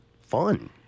fun